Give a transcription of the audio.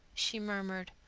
she murmured.